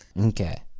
Okay